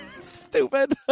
Stupid